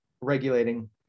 regulating